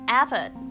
effort